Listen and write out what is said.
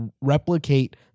replicate